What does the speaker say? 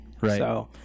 Right